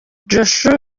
josh